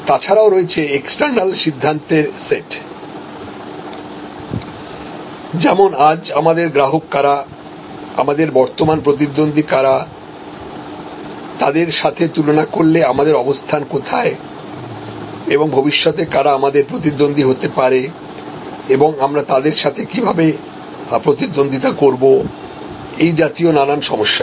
তাছাড়াও রয়েছে এক্সটার্নাল সিদ্ধান্তের সেট যেমন আজ আমাদের গ্রাহক কারা আমাদের বর্তমান প্রতিদ্বন্দ্বী কারা এবং তাদের সাথে তুলনা করলে আমাদের অবস্থান কোথায় ভবিষ্যতে কারা আমাদের প্রতিদ্বন্দ্বী হতে পারে এবং আমরা তাদের সাথে কিভাবে প্রতিদ্বন্দ্বিতা করব এই জাতীয় নানান সমস্যা